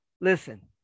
listen